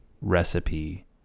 recipe